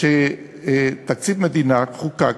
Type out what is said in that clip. שתקציב המדינה חוקק